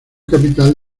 capital